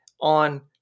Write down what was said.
on